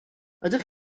ydych